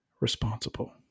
responsible